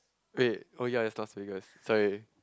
wait oh ya it's Las Vegas sorry